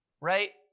right